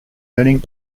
earning